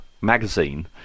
magazine